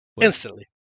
Instantly